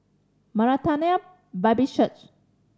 Maranatha Baptist Church